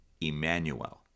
Emmanuel